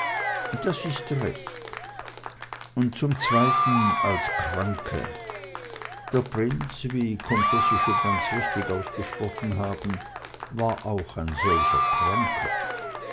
das ist recht und zum zweiten als kranke der prinz wie comtesse schon ganz richtig ausgesprochen haben war auch ein solcher kranker